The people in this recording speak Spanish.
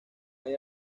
hay